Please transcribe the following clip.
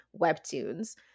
Webtoons